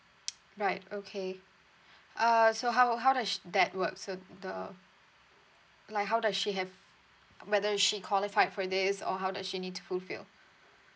right okay err so how how does she that works so the like how does she have whether is she qualified for this or how does she need to fulfill